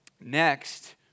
Next